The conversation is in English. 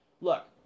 look